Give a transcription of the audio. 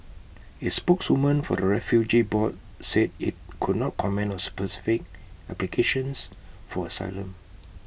is spokeswoman for the refugee board said IT could not comment on specific applications for asylum